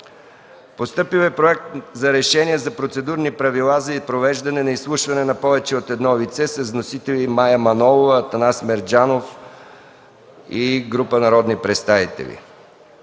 Постъпил е Проект за решение за процедурни правила за провеждане на изслушване на повече от едно лице с вносители Мая Манолова, Атанас Мерджанов и група народни представители.